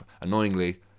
annoyingly